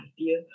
idea